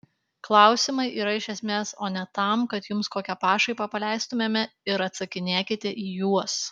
klausimai yra iš esmės o ne tam kad jums kokią pašaipą paleistumėme ir atsakinėkite į juos